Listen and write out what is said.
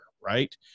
right